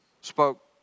spoke